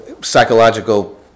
psychological